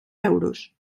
euros